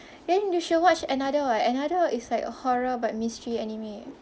then you should watch another [what] another is like a horror but mystery anime